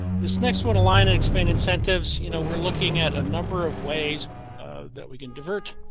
this next one align to expand incentives, you know, we're looking at a number of ways that we can divert.